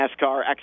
NASCAR